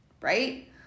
right